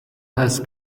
has